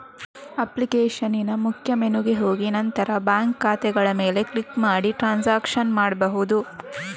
ಅಪ್ಲಿಕೇಶನಿನ ಮುಖ್ಯ ಮೆನುಗೆ ಹೋಗಿ ನಂತರ ಬ್ಯಾಂಕ್ ಖಾತೆಗಳ ಮೇಲೆ ಕ್ಲಿಕ್ ಮಾಡಿ ಟ್ರಾನ್ಸಾಕ್ಷನ್ ಮಾಡ್ಬಹುದು